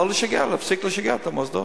ולהפסיק לשגע את המוסדות.